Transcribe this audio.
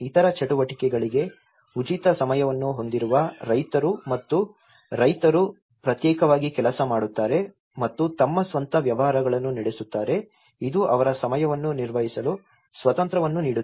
ಇತರ ಚಟುವಟಿಕೆಗಳಿಗೆ ಉಚಿತ ಸಮಯವನ್ನು ಹೊಂದಿರುವ ರೈತರು ಮತ್ತು ರೈತರು ಪ್ರತ್ಯೇಕವಾಗಿ ಕೆಲಸ ಮಾಡುತ್ತಾರೆ ಮತ್ತು ತಮ್ಮ ಸ್ವಂತ ವ್ಯವಹಾರಗಳನ್ನು ನಡೆಸುತ್ತಾರೆ ಇದು ಅವರ ಸಮಯವನ್ನು ನಿರ್ವಹಿಸಲು ಸ್ವಾತಂತ್ರ್ಯವನ್ನು ನೀಡುತ್ತದೆ